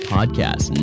Podcast